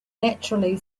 naturally